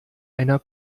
einer